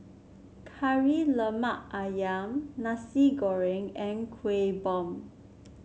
Kari Lemak ayam Nasi Goreng and Kueh Bom